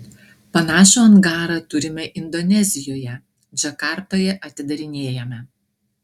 panašų angarą turime indonezijoje džakartoje atidarinėjame